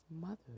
mother